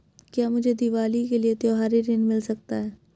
क्या मुझे दीवाली के लिए त्यौहारी ऋण मिल सकता है?